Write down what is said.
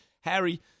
Harry